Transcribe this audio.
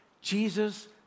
Jesus